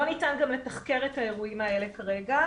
לא ניתן גם לתחקר את האירועים האלה כרגע,